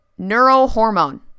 Neurohormone